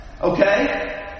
Okay